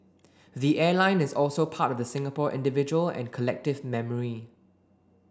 the airline is also part of the Singapore individual and collective memory